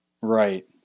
Right